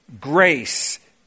Grace